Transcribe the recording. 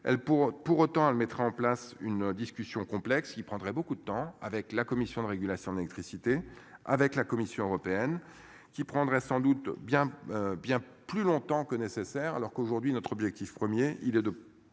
pour autant à le mettre en place une discussion complexe il prendrait beaucoup de temps avec la Commission de régulation de l'électricité avec la Commission européenne qui prendra sans doute bien bien plus longtemps que nécessaire. Alors qu'aujourd'hui notre objectif 1er il est de